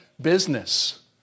business